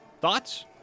Thoughts